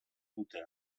dute